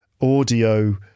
audio